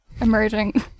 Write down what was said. emerging